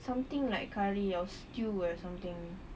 something like curry or stew or something